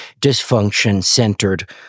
dysfunction-centered